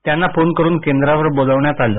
त्यांना फोन करून केंद्रावर बोलावण्यात आलं